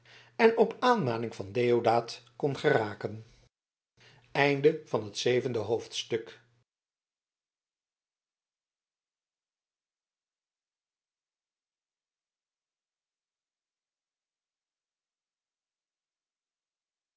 en op aanmaning van deodaat kon geraken achtste hoofdstuk